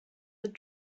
did